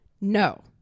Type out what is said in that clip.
no